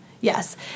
yes